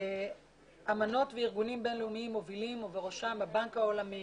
אמנות וארגונים בין-לאומיים ובראשם הבנק העולמי,